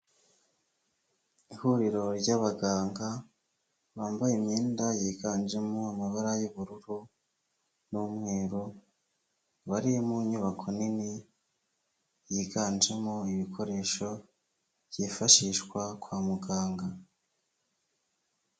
Ihuriro ry'abaganga bambaye imyenda yiganjemo amabara y'ubururu n'umweru, bari mu nyubako nini yiganjemo ibikoresho byifashishwa kwa muganga.